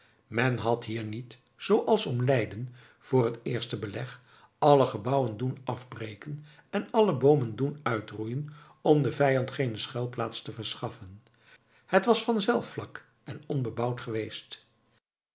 men had hier niet zooals om leiden voor het eerste beleg alle gebouwen doen afbreken en alle boomen doen uitroeien om den vijand geene schuilplaats te verschaffen het was vanzelf vlak en onbebouwd geweest